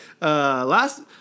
Last